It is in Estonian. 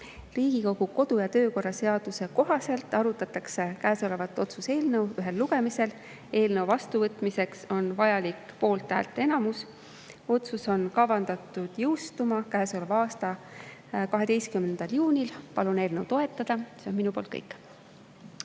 Riigikogu kodu- ja töökorra seaduse kohaselt arutatakse käesolevat otsuse eelnõu ühel lugemisel. Eelnõu vastuvõtmiseks on vajalik poolthäälteenamus. Otsus on kavandatud jõustuma käesoleva aasta 12. juunil. Palun eelnõu toetada! See on minu poolt kõik.